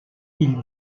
ils